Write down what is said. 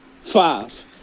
five